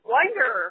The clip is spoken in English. Wonder